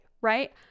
right